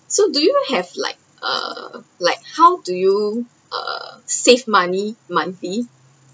so do you have like uh like how do you uh save money monthly